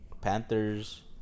Panthers